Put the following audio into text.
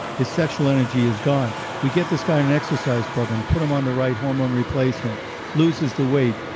his sexual energy is gone we get this guy on an exercise program, put him on the right hormone replacement loses the weight,